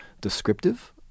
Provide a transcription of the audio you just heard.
descriptive